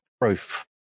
proof